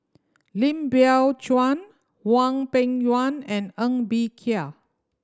Lim Biow Chuan Hwang Peng Yuan and Ng Bee Kia